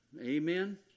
Amen